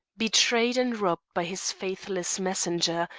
betrayed and robbed by his faithless messenger,